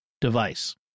device